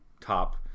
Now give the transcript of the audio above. top